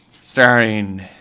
starring